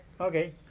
okay